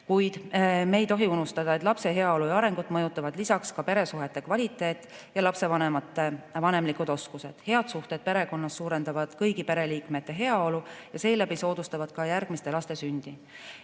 Kuid me ei tohi unustada, et lapse heaolu ja arengut mõjutavad ka peresuhete kvaliteet ja lapsevanemate vanemlikud oskused. Head suhted perekonnas suurendavad kõigi pereliikmete heaolu ja seeläbi soodustavad ka järgmiste laste sündi.